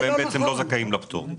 לכן הם לא זכאים לפטור.